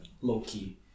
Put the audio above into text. low-key